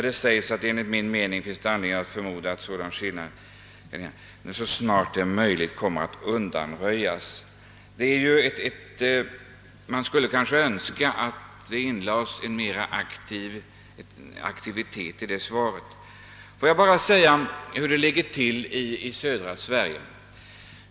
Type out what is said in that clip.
Det sägs: »Enligt min mening finns det anledning förmoda att sådana skillnader i vägtrafikbestämmelserna som kan verka hindrande för lastbilstrafiken så snart det är möjligt kommer att undanröjas.» Man skulle önska att svaret vittnat om mera aktivitet. Får jag bara nämna hur det ligger till i södra Sverige.